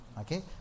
Okay